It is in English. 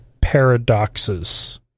paradoxes